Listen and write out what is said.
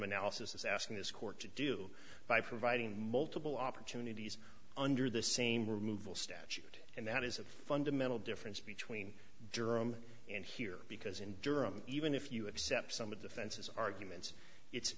alice's asking this court to do by providing multiple opportunities under the same removal statute and that is a fundamental difference between durham and here because in durham even if you accept some of the fences arguments it's